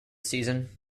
season